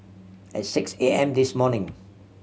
at six A M this morning